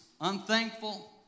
unthankful